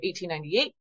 1898